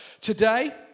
Today